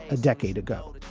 a decade ago,